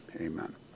Amen